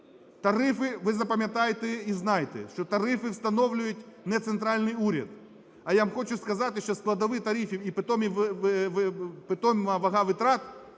Тарифи, ви запам'ятайте і знайте, що тарифи встановлює не центральний уряд. А я вам хочу сказати, що складові тарифів і питома вага витрат